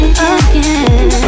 Again